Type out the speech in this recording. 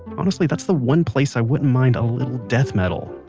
honestly, that's the one place i wouldn't mind a little death metal